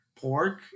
Pork